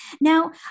Now